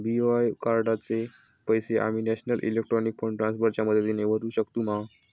BOI कार्डाचे पैसे आम्ही नेशनल इलेक्ट्रॉनिक फंड ट्रान्स्फर च्या मदतीने भरुक शकतू मा?